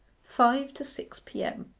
five to six p m.